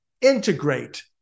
integrate